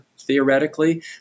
theoretically